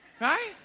Right